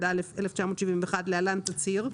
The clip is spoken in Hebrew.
התשל"א-1971 (להלן, תצהיר),